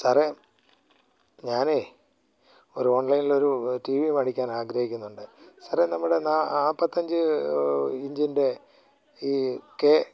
സാറേ ഞാനേ ഓരു ഓൺലൈനിൽ ഒരു ടി വി മേടിക്കാൻ ആഗ്രഹിക്കുന്നുണ്ട് സാറേ നമ്മുടെ നാ നാൽപ്പത്തഞ്ച് ഇഞ്ചിൻ്റെ ഈ കെ